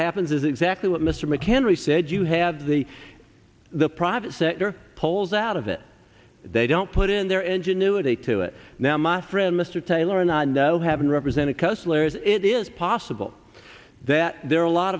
happens is exactly what mr mccann we said you had the the private sector pulls out of it they don't put in their ingenuity to it now my friend mr taylor and i know having represented customers it is possible that there are a lot